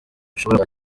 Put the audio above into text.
bishobora